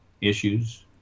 issues